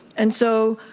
and so,